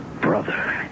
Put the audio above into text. brother